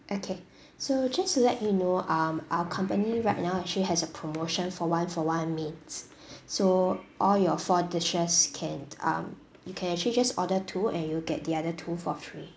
okay so just to let you know um our company right now actually has a promotion for one for one mains so all your four dishes can um you can actually just order two and you'll get the other two for free